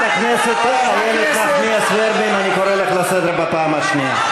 הטרור המשפטי של עמותות השמאל כנגד ההתיישבות מגיע לקצו.